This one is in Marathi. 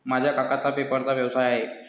माझ्या काकांचा पेपरचा व्यवसाय आहे